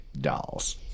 dolls